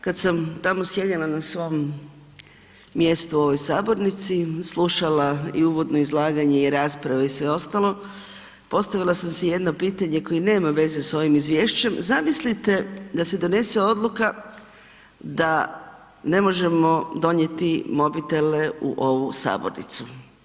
Kad sam tamo sjedila na svom mjestu u ovoj sabornici, slušala uvodno izlaganje i rasprave i sve ostalo, postavila sam si jedno pitanje koje nema veze sa ovim izvješćem, zamislite da se donese odluka da ne možemo donijeti mobitele u ovu sabornicu.